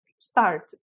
start